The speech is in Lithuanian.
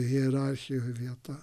hierarchijoj vieta